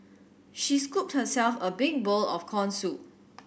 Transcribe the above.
she scooped herself a big bowl of corn soup